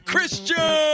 Christian